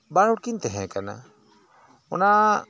ᱵᱟᱨᱦᱚᱲ ᱠᱤᱱ ᱛᱮᱦᱮᱸ ᱠᱟᱱᱟ ᱚᱱᱟ